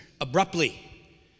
Abruptly